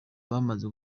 bamaze